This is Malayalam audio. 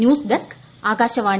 news desk Akashvani